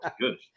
good